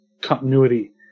continuity